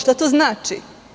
Šta to znači?